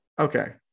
Okay